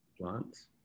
plants